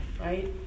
right